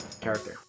Character